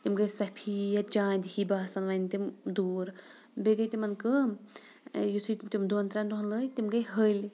تِم گٔیٚے سفید چانٛدِ ہِوۍ باسان وۄنۍ تِم دوٗر بیٚیہِ گٔیٚے تِمَن کٲم یُتھُے تِم دۄن ترٛٮ۪ن دۄہَن لٲگۍ تِم گٔیٚے ۂلۍ